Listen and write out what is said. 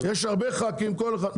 יש הרבה ח"כים כל אחד,